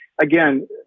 again